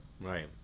Right